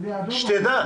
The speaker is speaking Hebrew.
הדיון שיחה